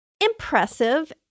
impressive